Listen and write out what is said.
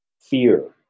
fear